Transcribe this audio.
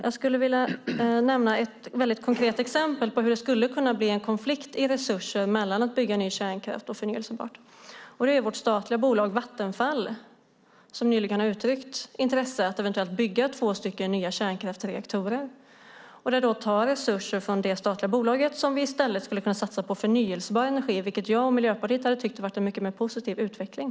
Jag skulle vilja nämna ett konkret exempel på hur det skulle kunna bli en konflikt i fråga om resurser mellan att bygga ny kärnkraft och förnybart. Vårt statliga bolag Vattenfall har nyligen uttryckt intresse för att eventuellt bygga två stycken nya kärnkraftsreaktorer. Det tar då resurser från det statliga bolaget som vi i stället skulle kunna satsa på förnybar energi, vilket jag och Miljöpartiet hade tyckt varit en mycket mer positiv utveckling.